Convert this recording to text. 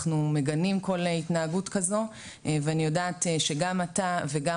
אנחנו מגנים כל התנהגות כזו ואני יודעת שגם אתה וגם